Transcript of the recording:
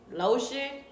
lotion